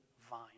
vine